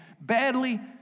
badly